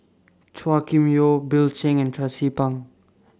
Chua Kim Yeow Bill Chen and Tracie Pang